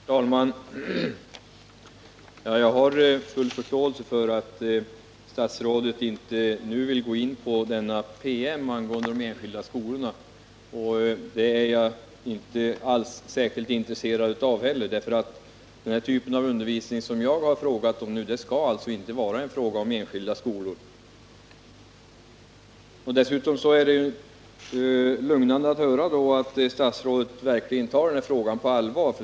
Herr talman! Jag har full förståelse för att statsrådet nu inte vill gå in på promemorian angående de enskilda skolorna. Den är jag inte alls särskilt intresserad av heller, eftersom den typ av undervisning som jag har frågat om inte skall vara undervisning bedriven i enskild skola. Det var lugnande att höra att statsrådet verkligen tar den här frågan på allvar.